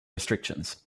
restrictions